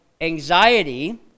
anxiety